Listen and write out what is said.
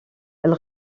elle